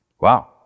Wow